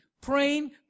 praying